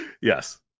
Yes